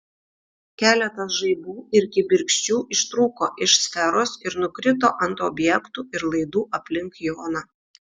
keletas žaibų ir kibirkščių ištrūko iš sferos ir nukrito ant objektų ir laidų aplink joną